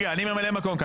אני ממלא מקום כאן,